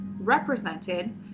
represented